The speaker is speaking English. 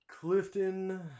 Clifton